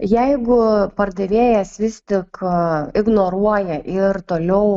jeigu pardavėjas vis tik ignoruoja ir toliau